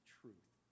truth